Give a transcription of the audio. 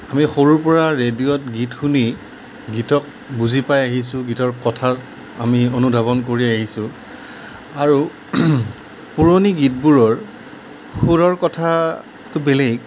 আমি সৰুৰ পৰা ৰেডিঅ'ত গীত শুনি গীতক বুজি পাই আহিছোঁ গীতৰ কথা আমি অনুধাৱন কৰি আহিছোঁ আৰু পুৰণি গীতবোৰৰ সুৰৰ কথাটো বেলেগ